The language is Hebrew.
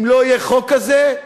אם לא יהיה חוק כזה,